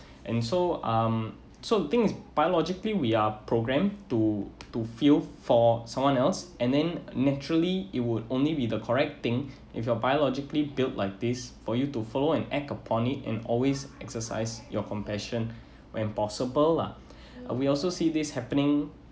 and so um so things biologically we are programmed to to feel for someone else and then naturally it would only be the correct thing if you are biologically built like this for you to follow and act upon it and always exercise your compassion when possible lah uh we also see this happening